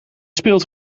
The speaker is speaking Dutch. speelt